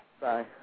bye